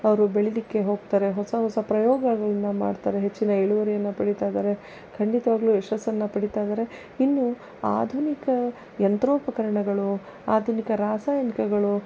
ಅವರು ಬೆಳೀಲಿಕ್ಕೆ ಹೋಗ್ತಾರೆ ಹೊಸ ಹೊಸ ಪ್ರಯೋಗಗಳನ್ನು ಮಾಡ್ತಾರೆ ಹೆಚ್ಚಿನ ಇಳುವರಿಯನ್ನು ಪಡೀತ ಇದ್ದಾರೆ ಖಂಡಿತವಾಗಲೂ ಯಶಸ್ಸನ್ನ ಪಡೀತ ಇದ್ದಾರೆ ಇನ್ನು ಆಧುನಿಕ ಯಂತ್ರೋಪಕರಣಗಳು ಆಧುನಿಕ ರಾಸಾಯನಿಕಗಳು